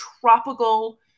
tropical